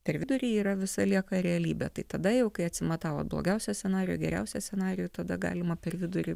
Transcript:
per vidurį yra visa lieka realybė tai tada jau kai atsimatavot blogiausią scenarijų geriausią scenarijų tada galima per vidurį